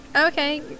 Okay